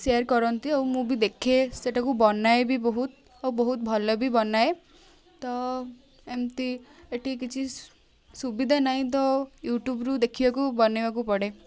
share କରନ୍ତି ଆଉ ମୁଁ ବି ଦେଖେ ସେଇଟାକୁ ବନାଏ ବି ବହୁତ ଆଉ ବହୁତ ଭଲ ବି ବନାଏ ତ ଏମିତି ଏଠି କିଛି ସୁବିଧା ନାହିଁ ତ ୟୁଟ୍ୟୁବରୁ ଦେଖିବାକୁ ବନାଇବାକୁ ପଡ଼େ